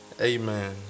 Amen